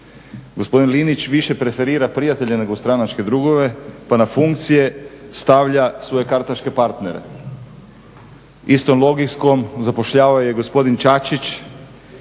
Gospodin Linić više preferira prijatelja nego stranačke drugove pa na funkcije stavlja svoje kartaške partere. Istom logikom zapošljavao je i gospodin Čačić